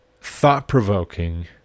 thought-provoking